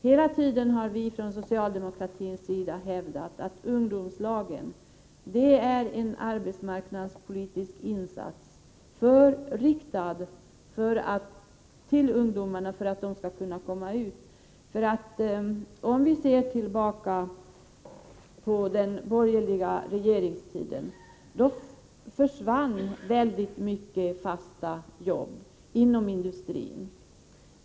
Hela tiden har vi från socialdemokratins sida hävdat att ungdomslagen är en arbetsmarknadspolitisk insats riktad till ungdomarna för att de skall kunna komma ut på arbetsmarknaden. Om man ser tillbaka på den borgerliga regeringstiden, finner man att väldigt många fasta jobb inom industrin försvann.